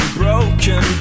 broken